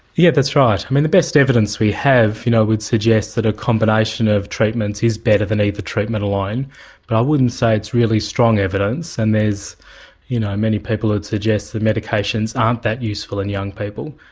yeah that's right. i mean the best evidence we have you know would suggest that a combination of treatments is better than either treatment alone but i wouldn't say it's really strong evidence and there's you know many people would suggest that medications aren't that useful in young people.